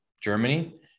Germany